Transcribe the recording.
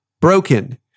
broken